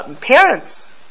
parents